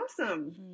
awesome